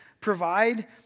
provide